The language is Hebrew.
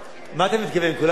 מה אתה מתכוון, כולם משוגעים?